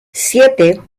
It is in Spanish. siete